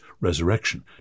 resurrection